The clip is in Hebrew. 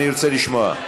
אני ארצה לשמוע.